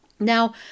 Now